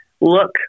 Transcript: look